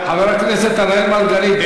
חבר הכנסת אראל מרגלית,